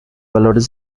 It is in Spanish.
valores